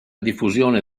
diffusione